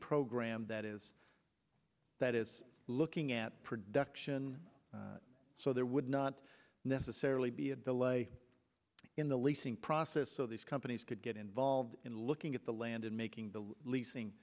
program that is that is looking at production so there would not necessarily be a delay in the leasing process so these companies could get involved in looking at the land and making the leasing